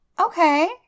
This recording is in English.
Okay